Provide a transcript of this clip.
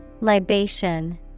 Libation